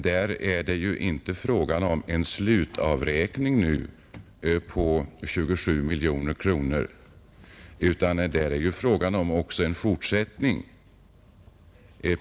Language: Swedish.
Där är det ju inte fråga om en slutavräkning på 27 miljoner kronor, utan det blir en fortsättning.